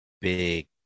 big